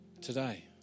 Today